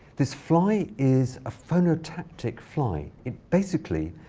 this fly is a phototactic fly. it, basically,